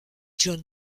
john